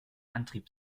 antrieb